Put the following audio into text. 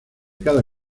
cada